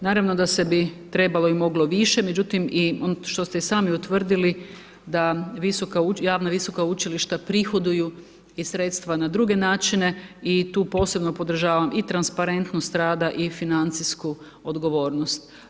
Naravno da se bi trebalo i moglo više, međutim, ono što ste i sami utvrdili, da visoka i javna visoka učilišta prihoduju i sredstva na druge načine, i tu posebno podržavam i transparentnost rada i financijsku odgovornost.